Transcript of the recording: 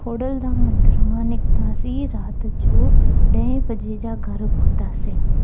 खोडलधाम मंदर मां निकतासी रात जो ॾह बजे जा घर पहुंतासीं